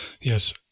yes